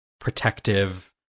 protective